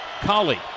Kali